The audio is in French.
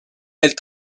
elle